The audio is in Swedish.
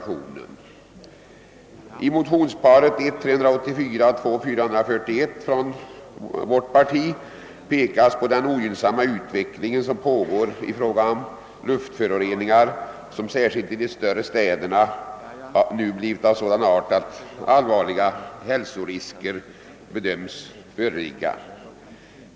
I motionsparet I: 384 och II: 441 från vårt parti pekas på den ogynnsamma utveckling som pågår i fråga om luftföroreningar, som särskilt i de större städerna nu blivit så stora att allvarliga hälsorisker bedöms föreligga.